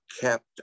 kept